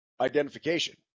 identification